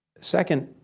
second,